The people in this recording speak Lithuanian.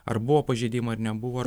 ar buvo pažeidimai ar nebuvo